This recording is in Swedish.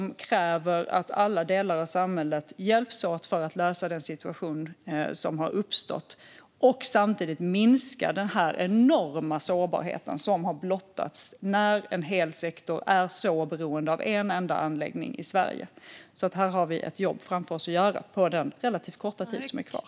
Det krävs att alla delar av samhället hjälps åt för att lösa den situation som har uppstått och samtidigt minska den enorma sårbarhet som har blottats när en hel sektor är så beroende av en enda anläggning i Sverige. Här har vi ett jobb framför oss att göra på den relativt korta tid som är kvar.